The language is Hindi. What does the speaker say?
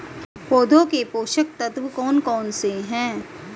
पौधों के पोषक तत्व कौन कौन से हैं?